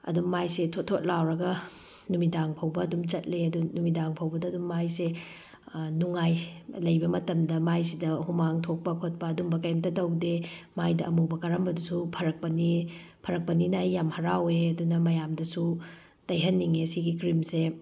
ꯑꯗꯨꯝ ꯃꯥꯏꯁꯦ ꯊꯣꯠ ꯊꯣꯠ ꯂꯥꯎꯔꯒ ꯅꯨꯃꯤꯗꯥꯡ ꯐꯥꯎꯕ ꯑꯗꯨꯝ ꯆꯠꯂꯦ ꯑꯗꯣ ꯅꯨꯃꯤꯗꯥꯡ ꯐꯥꯎꯕꯗ ꯑꯗꯨꯝ ꯃꯥꯏꯁꯦ ꯅꯨꯡꯉꯥꯏ ꯂꯩꯕ ꯃꯇꯝꯗ ꯃꯥꯏꯁꯤꯗ ꯍꯨꯃꯥꯡ ꯊꯣꯛꯄ ꯈꯣꯠꯄ ꯑꯗꯨꯒꯨꯝꯕ ꯀꯩꯝꯇ ꯇꯧꯗꯦ ꯃꯥꯏꯗ ꯑꯃꯨꯕ ꯀꯥꯔꯝꯕꯗꯨꯁꯨ ꯐꯔꯛꯄꯅꯦ ꯐꯔꯛꯄꯅꯤꯅ ꯑꯩ ꯌꯥꯝ ꯍꯔꯥꯎꯋꯦ ꯑꯗꯨꯅ ꯃꯌꯥꯝꯗꯁꯨ ꯇꯩꯍꯟꯅꯤꯡꯉꯦ ꯁꯤꯒꯤ ꯀ꯭ꯔꯤꯝꯁꯦ